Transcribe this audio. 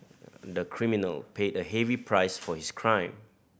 the criminal paid a heavy price for his crime